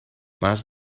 más